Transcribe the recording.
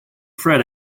fred